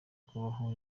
kubaho